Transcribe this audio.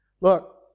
Look